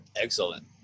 excellent